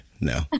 No